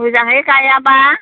मोजाङै गायाबा